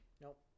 Nope